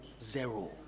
zero